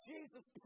Jesus